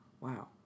Wow